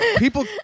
People